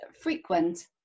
frequent